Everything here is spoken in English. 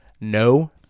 No